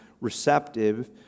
receptive